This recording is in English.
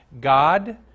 God